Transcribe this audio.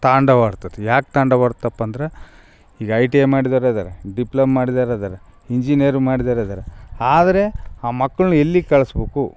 ತಾಂಡವ ಆಡ್ತತಿ ಯಾಕೆ ತಾಂಡವ ಆಡ್ತಪ್ಪ ಅಂದರೆ ಈಗ ಐ ಟಿ ಐ ಮಾಡ್ದೊರು ಅದರೆ ಡಿಪ್ಲೋಮ ಮಾಡ್ದೊರು ಅದರೆ ಇಂಜಿನಿಯರ್ ಮಾಡ್ದೊರು ಅದರೆ ಆದರೆ ಆ ಮಕ್ಳನ್ನು ಎಲ್ಲಿಗೆ ಕಳಿಸ್ಬೇಕು